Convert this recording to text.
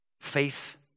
Faith